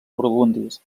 burgundis